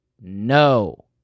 No